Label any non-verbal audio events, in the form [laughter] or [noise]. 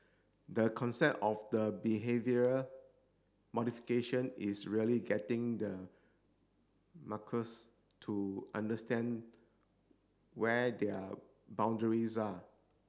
the concept of the behavioural modification is really getting the [unintelligible] to understand where their boundaries are